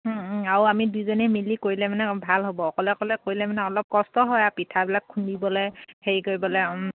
আৰু আমি দুয়োজনীয়ে মিলি কৰিলে মানে ভাল হ'ব অকলে অকলে কৰিলে মানে অলপ কষ্ট হয় আৰু পিঠাবিলাক খুন্দিবলৈ হেৰি কৰিবলৈ